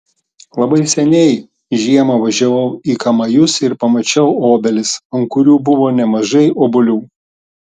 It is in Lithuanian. labai seniai žiemą važiavau į kamajus ir pamačiau obelis ant kurių buvo nemažai obuolių